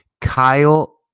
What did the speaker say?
Kyle